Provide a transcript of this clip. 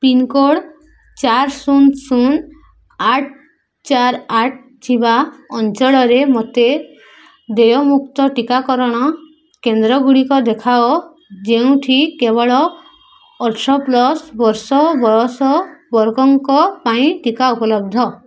pincode ଚାରି ଶୂନ ଶୂନ ଆଠ ଚାରି ଆଠ ଥିବା ଅଞ୍ଚଳରେ ମୋତେ ଦେୟମୁକ୍ତ ଟିକାକରଣ କେନ୍ଦ୍ରଗୁଡ଼ିକ ଦେଖାଅ ଯେଉଁଠି କେବଳ ଅଠର ପ୍ଲସ୍ ବର୍ଷ ବୟସ ବର୍ଗଙ୍କ ପାଇଁ ଟିକା ଉପଲବ୍ଧ